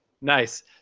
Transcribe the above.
Nice